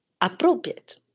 appropriate